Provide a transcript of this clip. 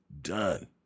done